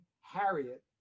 Harriet